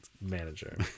manager